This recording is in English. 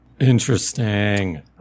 Interesting